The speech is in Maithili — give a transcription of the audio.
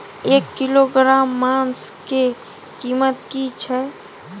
एक किलोग्राम मांस के कीमत की छै?